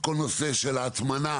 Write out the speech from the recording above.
כל הנושא של ההטמנה